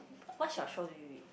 what 小说 do you read